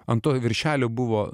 ant to viršelio buvo